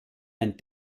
ein